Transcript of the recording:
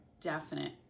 definite